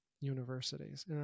universities